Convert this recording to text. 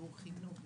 בשיעור חינוך,